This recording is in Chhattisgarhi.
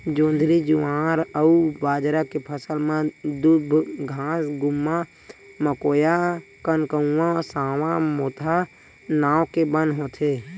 जोंधरी, जुवार अउ बाजरा के फसल म दूबघास, गुम्मा, मकोया, कनकउवा, सावां, मोथा नांव के बन होथे